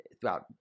throughout